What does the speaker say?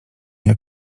jak